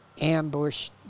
ambush